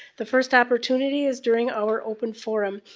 the first opportunity is during our open forum.